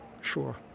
sure